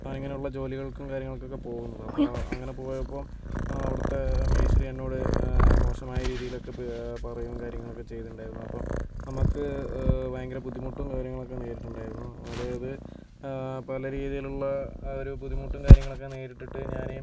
ഞാനിങ്ങനെയുള്ള ജോലികൾക്കും കാര്യങ്ങൾക്കൊക്കെ പോകുന്നത് അപ്പോൾ അങ്ങനെ പോയപ്പോൾ അവിടുത്തെ മേശിരി എന്നോട് മോശമായ രീതിയിലൊക്കെ പെ പറയുകയും കാര്യങ്ങളൊക്കെ ചെയ്തിട്ടുണ്ടായിരുന്നു അപ്പോൾ നമുക്ക് ഭയങ്കര ബുദ്ധിമുട്ടും കാര്യങ്ങളൊക്കെ നേരിട്ടുണ്ടായിരുന്നു അതായത് പല രീതിയിലുള്ള ഒരു ബുദ്ധിമുട്ടും കാര്യങ്ങളൊക്കെ നേരിട്ടിട്ട് ഞാൻ